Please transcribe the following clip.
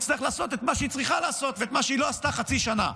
תצטרך לעשות את מה שהיא צריכה לעשות ואת מה שהיא לא עשתה חצי שנה,